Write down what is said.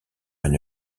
une